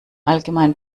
allgemein